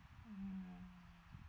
mmhmm